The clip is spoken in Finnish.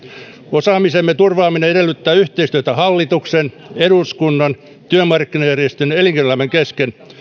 osaamisemme turvaaminen edellyttää yhteistyötä hallituksen eduskunnan työmarkkinajärjestöjen ja elinkeinoelämän kesken